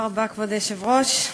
כבוד היושב-ראש,